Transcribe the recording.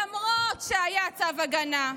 למרות שהיה צו הגנה,